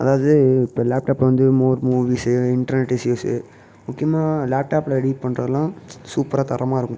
அதாவது இப்போ லேப்டாப்பில் வந்து மோர் மூவிஸு இன்டெர்னட்டு இஸ்யூஸ் முக்கியமாக லேப்டாப்பில் எடிட் பண்ணுறதுலாம் சூப்பராக தரமாக இருக்கும்